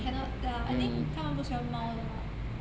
cannot ah I think 他们不喜欢猫的啦